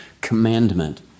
commandment